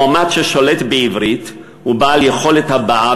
מועמד ששולט בעברית ובעל יכולת הבעה